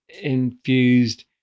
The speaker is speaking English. Infused